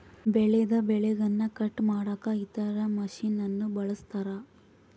ಬೆಳೆದ ಬೆಳೆಗನ್ನ ಕಟ್ ಮಾಡಕ ಇತರ ಮಷಿನನ್ನು ಬಳಸ್ತಾರ